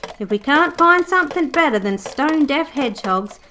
if we can't find somethin better than stone-deaf hedgehogs,